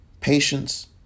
patience